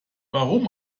warum